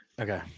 Okay